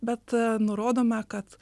bet nurodoma kad